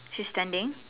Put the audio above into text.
she is standing